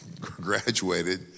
graduated